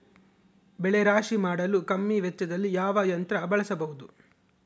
ಬೆಳೆ ರಾಶಿ ಮಾಡಲು ಕಮ್ಮಿ ವೆಚ್ಚದಲ್ಲಿ ಯಾವ ಯಂತ್ರ ಬಳಸಬಹುದು?